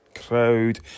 crowd